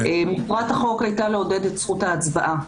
מטרת החוק הייתה לעודד את זכות ההצבעה.